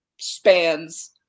spans